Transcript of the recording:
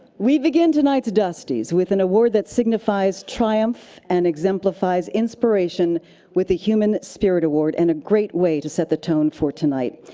we begin tonight's dustys with an award that signifies triumph and exemplifies inspiration with the human spirit award and a great way to set the tone for tonight.